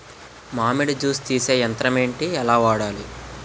మామిడి జూస్ తీసే యంత్రం ఏంటి? ఎలా వాడాలి?